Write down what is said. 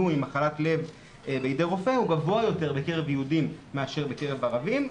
עם מחלת לב בידי רופא גבוה יותר בקרב יהודים מאשר בקרב ערבים,